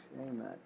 Amen